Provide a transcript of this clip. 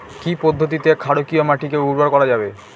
কি পদ্ধতিতে ক্ষারকীয় মাটিকে উর্বর করা যাবে?